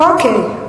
אוקיי.